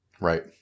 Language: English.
Right